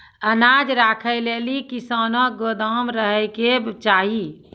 अनाज राखै लेली कैसनौ गोदाम रहै के चाही?